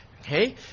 okay